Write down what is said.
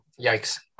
Yikes